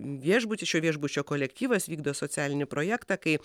viešbutis šio viešbučio kolektyvas vykdo socialinį projektą kai